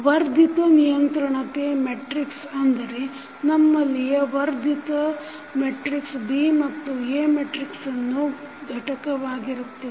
ವರ್ಧಿತ ನಿಯಂತ್ರಣತೆ ಮೆಟ್ರಿಕ್ಸ ಅಂದರೆ ನಮ್ಮಲ್ಲಿಯ ವರ್ಧಿತ ಮೆಟ್ರಿಕ್ಸ B ಮತ್ತು A ಮೆಟ್ರಿಕ್ಸನ್ನು ಘಟಕವಾಗಿರುತ್ತದೆ